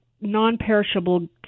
non-perishable